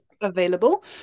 available